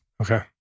Okay